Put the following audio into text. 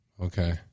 Okay